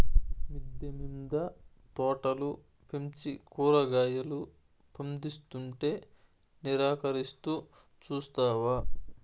మిద్దె మింద తోటలు పెంచి కూరగాయలు పందిస్తుంటే నిరాకరిస్తూ చూస్తావా